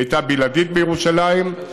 שהייתה הבלעדית בירושלים,